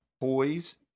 toys